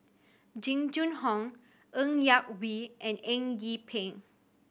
Jing Jun Hong Ng Yak Whee and Eng Yee Peng